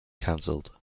canceled